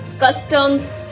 customs